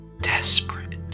desperate